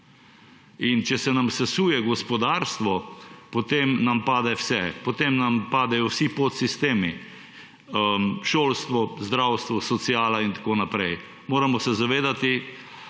bo. Če se nam sesuje gospodarstvo, potem nam pade vse. Potem nam padejo vsi podsistemi, šolstvo, zdravstvo, sociala in tako naprej. Moramo se zavedati,